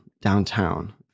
downtown